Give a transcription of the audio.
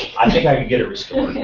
i think i could get it restores.